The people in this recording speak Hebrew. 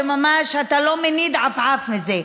וממש אתה לא מניד עפעף מזה.